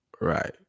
Right